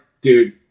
dude